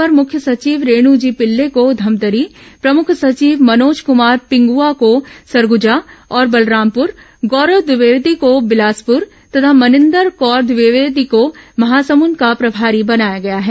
अपर मुख्य सचिव रेणु जी पिल्ले को धमतरी प्रमुख सचिव मनोज कमार पिंगआ को सरगजा और बलरामपुर गौरव ॅद्विवेदी को बिलासपुर तथा मनिंदर कौर द्विवेदी को महासमुद को प्रभारी बनाया गया है